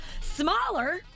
Smaller